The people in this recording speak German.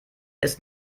ist